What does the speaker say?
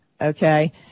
okay